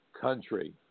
country